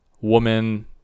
woman